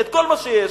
את כל מה שיש,